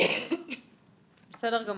בסדר גמור.